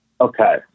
Okay